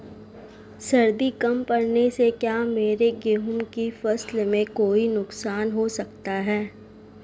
सर्दी कम पड़ने से क्या मेरे गेहूँ की फसल में कोई नुकसान हो सकता है?